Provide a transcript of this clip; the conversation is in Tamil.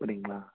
அப்படிங்களா